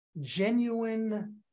genuine